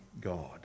God